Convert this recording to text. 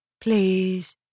Please